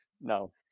No